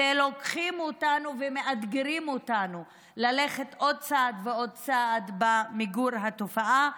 והם לוקחים אותנו ומאתגרים אותנו ללכת עוד צעד ועוד צעד במיגור התופעה.